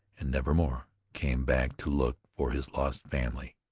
and nevermore came back to look for his lost family.